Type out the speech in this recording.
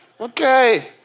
Okay